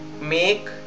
make